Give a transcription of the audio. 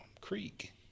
Creek